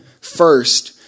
First